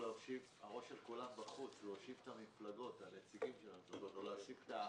להושיב את נציגי המפלגות או להשיג.